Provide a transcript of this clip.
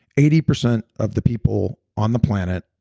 eighty percent of the people on the planet